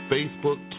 Facebook